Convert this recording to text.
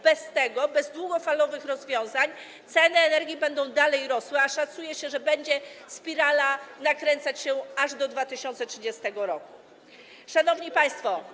Bez tego, bez długofalowych rozwiązań ceny energii będą dalej rosły, a szacuje się, że ta spirala będzie nakręcać się aż do 2030 r. Szanowni Państwo!